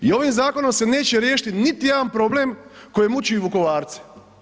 I ovim zakonom se neće riješiti niti jedan problem koji muči Vukovarce.